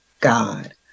God